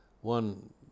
One